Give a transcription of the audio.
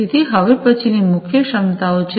તેથી હવે પછીની મુખ્ય ક્ષમતાઓ છે